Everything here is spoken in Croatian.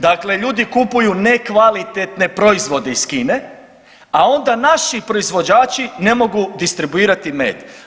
Dakle ljudi kupuju nekvalitetne proizvode iz Kine, a onda naši proizvođači ne mogu distribuirati med.